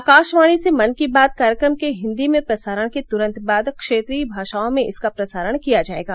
आकाशवाणी से मन की बात कार्यक्रम के हिन्दी में प्रसारण के तुरन्त बाद क्षेत्रीय भाषाओं में इसका प्रसारण किया जायेगा